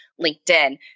LinkedIn